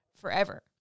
forever